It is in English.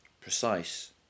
precise